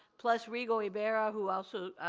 plus rigo ibarra, who also